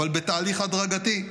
אבל בתהליך הדרגתי.